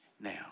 now